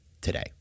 today